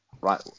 Right